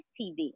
TV